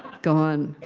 gone.